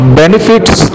benefits